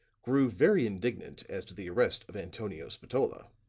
grew very indignant as to the arrest of antonio spatola.